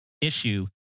issue